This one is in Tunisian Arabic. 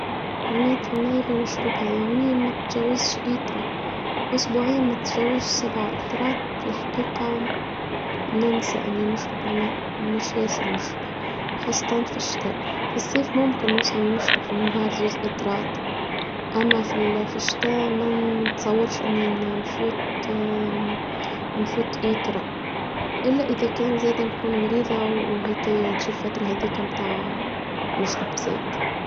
كمية الماء اللي نشربها يومياً ما تتجاوزش إطرة أسبوعين ما تتجاوزش سبع إطرات الحقيقة ننسى أني نشرب الماء مش يسر ونشربها خاصة في الشتاء في الصيف ما ممكن نوصل ونشرب في النهار زوز إطرات أما في الشتاء ما نتصورش أني نفوت نفوت إطرة إلا إذا كان زادة نكون مريضة وهيك جي الفترة هذيكة بتاع نشرب زاد.